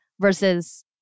versus